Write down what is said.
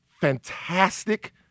fantastic